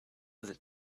that